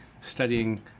studying